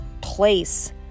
place